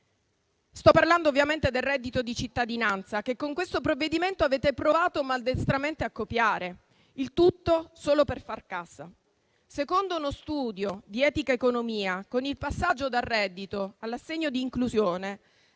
Sto parlando ovviamente del reddito di cittadinanza, che con questo provvedimento avete provato maldestramente a copiare, il tutto solo per far cassa. Secondo uno studio di Etica ed Economia, con il passaggio dal reddito all'assegno di inclusione,